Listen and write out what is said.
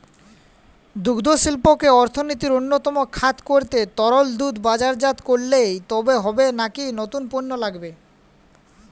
দুগ্ধশিল্পকে অর্থনীতির অন্যতম খাত করতে তরল দুধ বাজারজাত করলেই হবে নাকি নতুন পণ্য লাগবে?